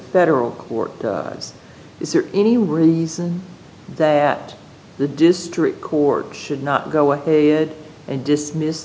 federal court is there any reason that the district court should not go ahead and dismiss